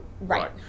Right